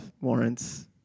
warrants